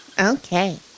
Okay